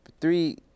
three